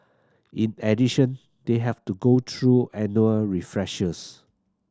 in addition they have to go through annual refreshers